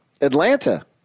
Atlanta –